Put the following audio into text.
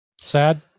sad